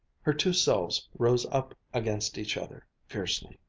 her two selves rose up against each other fiercely,